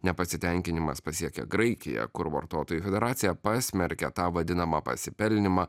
nepasitenkinimas pasiekė graikiją kur vartotojų federacija pasmerkė tą vadinamą pasipelnymą